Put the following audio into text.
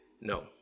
No